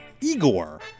igor